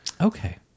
Okay